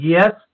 Yes